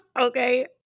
Okay